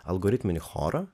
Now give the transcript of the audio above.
algoritminį chorą